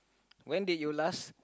when did you last